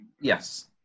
yes